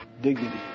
dignity